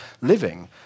living